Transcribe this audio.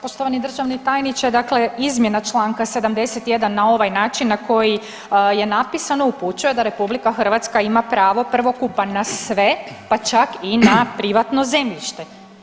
Poštovani državni tajniče, dakle izmjena Članka 71. na ovaj način na koji je napisano upućuje da RH ima pravo prvokupa na sve pa čak i na privatno zemljište.